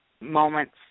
moments